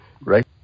Right